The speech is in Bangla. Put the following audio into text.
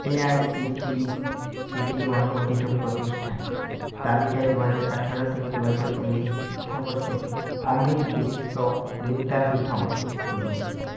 এআইসিটিই সিটি অনুমোদিত প্রতিষ্ঠান তালিকায় দু হাজার আঠারো থেকে দু হাজার উনিশ শিক্ষাবর্ষে অমৃত বিশ্ব বিদ্যাপীঠম খুঁজুন